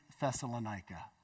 Thessalonica